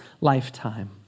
lifetime